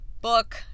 book